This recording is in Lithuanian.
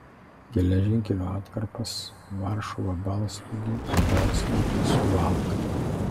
geležinkelio atkarpas varšuva baltstogė ir baltstogė suvalkai